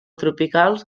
tropicals